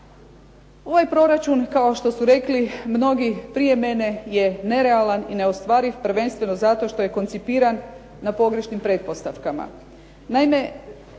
Ovaj proračun, kao što su rekli mnogi prije mene je nerealan i neostvariv, prvenstveno zato što je koncipiran na pogrešnim pretpostavkama.